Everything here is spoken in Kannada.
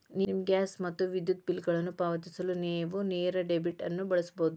ನಿಮ್ಮ ಗ್ಯಾಸ್ ಮತ್ತು ವಿದ್ಯುತ್ ಬಿಲ್ಗಳನ್ನು ಪಾವತಿಸಲು ನೇವು ನೇರ ಡೆಬಿಟ್ ಅನ್ನು ಬಳಸಬಹುದು